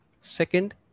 Second